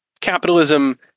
Capitalism